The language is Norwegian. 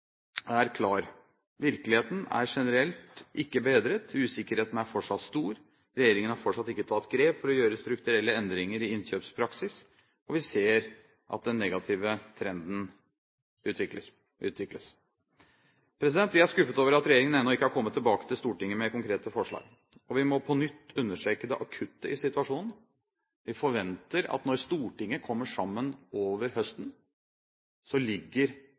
Virkeligheten er generelt ikke bedret, usikkerheten er fortsatt stor. Regjeringen har fortsatt ikke tatt grep for å gjøre strukturelle endringer i innkjøpspraksis, og vi ser at den negative trenden utvikles. Vi er skuffet over at regjeringen ennå ikke har kommet tilbake til Stortinget med konkrete forslag, og vi må på nytt understreke det akutte i situasjonen. Vi forventer at når Stortinget kommer sammen til høsten, ligger